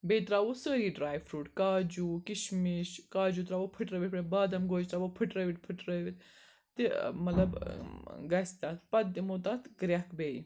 بیٚیہِ ترٛاوٗو سٲری ڈرٛاے فرٛوٗٹ کاجوٗ کِشمِش کاجوٗ ترٛاوٗو پھٕٹرٲوِتھ یِتھ پٲٹھۍ بادَم گوجہِ ترٛاوٗو پھٕٹرٲوِتھ پھٕٹرٲوِتھ تہِ مطلب گژھہِ تَتھ پَتہٕ دِمو تَتھ گرٛیٚکھ بیٚیہِ